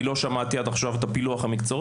אני לא שמעתי עד עכשיו את פילוח המקצועות